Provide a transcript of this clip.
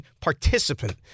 participant